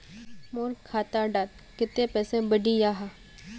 मोर खाता डात कत्ते पैसा बढ़ियाहा?